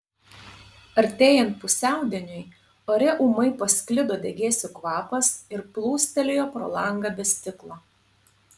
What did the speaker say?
artėjant pusiaudieniui ore ūmai pasklido degėsių kvapas ir plūstelėjo pro langą be stiklo